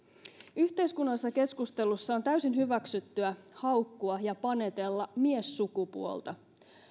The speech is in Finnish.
yhteiskunnallisessa keskustelussa on täysin hyväksyttyä haukkua ja panetella miessukupuolta